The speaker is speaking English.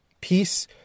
peace